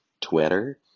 Twitter